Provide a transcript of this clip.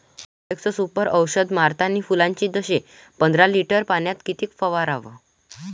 Profex Super औषध मारतानी फुलाच्या दशेत पंदरा लिटर पाण्यात किती फवाराव?